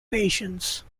patience